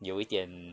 有一点